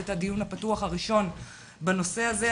את הדיון הפתוח הראשון בנושא הזה.